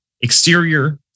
exterior